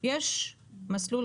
יש מסלול,